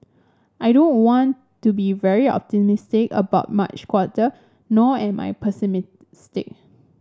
I don't want to be very optimistic about March quarter nor am I pessimistic